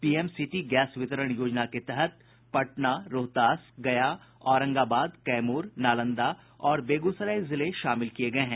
PM city gas वितरण योजना के तहत पटना रोहतास गया औरंगाबाद कैमूर नालंदा और बेगूसराय जिले शामिल किये गये हैं